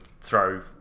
throw